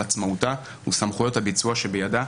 על עצמאותה ועל סמכויות הביצוע שבידה,